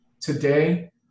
today